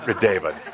David